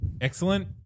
Excellent